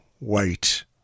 wait